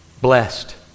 blessed